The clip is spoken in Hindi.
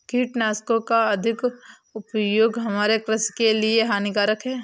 कीटनाशकों का अत्यधिक उपयोग हमारे कृषि के लिए हानिकारक है